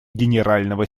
генерального